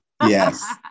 Yes